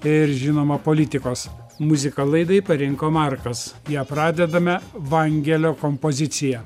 ir žinoma politikos muziką laidai parinko markas ją pradedame vangelio kompozicija